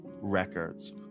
records